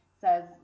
says